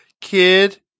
kid